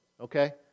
okay